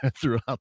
Throughout